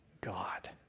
God